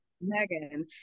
Megan